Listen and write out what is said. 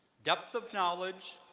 depth of knowledge,